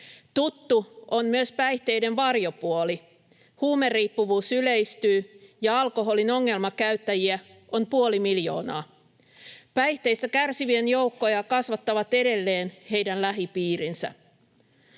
Tuttu on myös päihteiden varjopuoli. Huumeriippuvuus yleistyy, ja alkoholin ongelmakäyttäjiä on puoli miljoonaa. Päihteistä kärsivien joukkoja kasvattavat edelleen heidän lähipiirinsä.